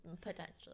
Potentially